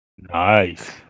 Nice